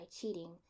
cheating